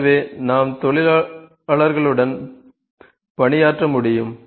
எனவே நாம் தொழிலாளர்களுடனும் பணியாற்ற முடியும்